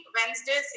Wednesday